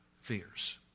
fears